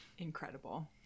Incredible